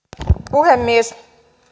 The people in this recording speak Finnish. puhemies